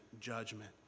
judgment